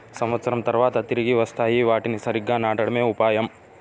సంవత్సరం తర్వాత తిరిగి వస్తాయి, వాటిని సరిగ్గా నాటడమే ఉపాయం